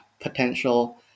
potential